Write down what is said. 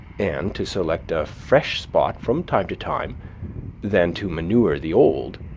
and to select a fresh spot from time to time than to manure the old,